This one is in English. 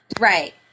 Right